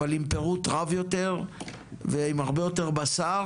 אבל עם פירוט רב יותר ועם הרבה יותר בשר